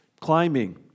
climbing